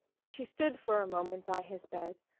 she stood for a moment by his bed,